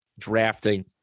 drafting